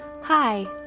Hi